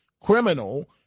criminal